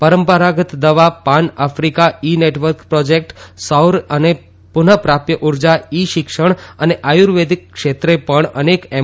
પરંપરાગત દવા pan Africa e network project સૌર અને પુનઃ પ્રાપ્ય ઉર્જા ઇ શિક્ષણ અને આયુર્વેદ ક્ષેત્રે પણ અનેક એમ